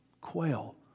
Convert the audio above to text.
quail